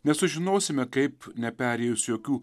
nesužinosime kaip neperėjus jokių